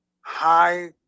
high